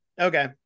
Okay